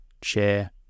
chair